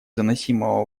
заносимого